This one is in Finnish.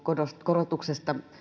korotuksesta